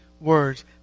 words